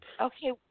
Okay